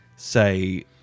Say